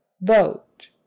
vote